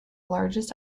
largest